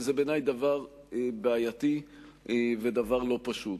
היא בעיני דבר בעייתי ודבר לא פשוט.